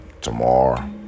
tomorrow